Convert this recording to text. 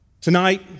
Tonight